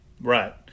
Right